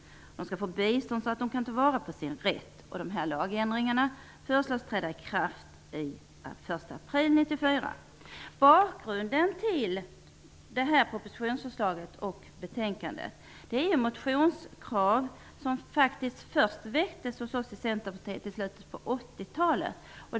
De skall få bistånd så att de kan ta till vara på sin rätt. De här lagändringarna föreslås träda i kraft den 1 Bakgrunden till propositionsförslaget och betänkandet är motionskrav som faktiskt först väcktes hos oss i Centerpartiet i slutet av 80-talet.